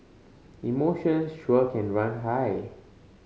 emotions sure can run high